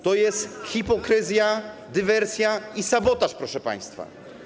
To jest hipokryzja, dywersja i sabotaż, proszę państwa.